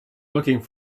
looking